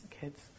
kids